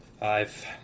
Five